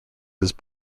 his